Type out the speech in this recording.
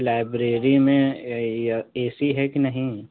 library में य A C है कि नहीं